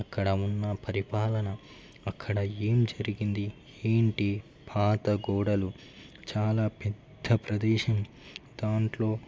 అక్కడ ఉన్న పరిపాలన అక్కడ ఏం జరిగింది ఏంటి పాత గోడలు చాలా పెద్ద ప్రదేశం దాంట్లో